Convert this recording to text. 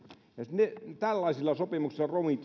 mitään tällaisilla sopimuksilla